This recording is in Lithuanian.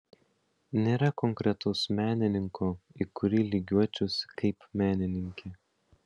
nėra konkretaus menininko į kurį lygiuočiausi kaip menininkė